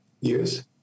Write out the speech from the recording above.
years